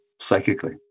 psychically